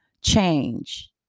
change